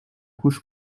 couche